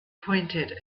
pointed